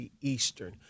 Eastern